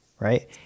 right